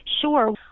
Sure